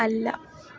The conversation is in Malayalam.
അല്ല